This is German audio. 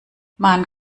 man